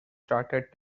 started